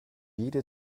jede